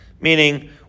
Meaning